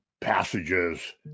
passages